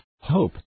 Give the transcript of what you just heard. hope